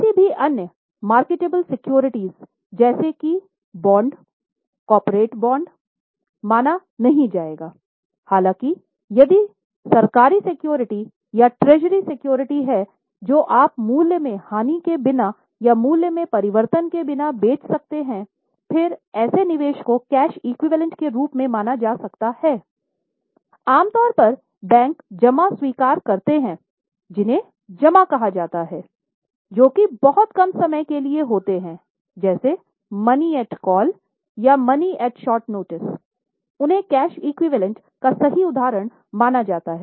किसी भी अन्य मार्केटेबल सिक्योरिटी का सही उदाहरण माना जाता है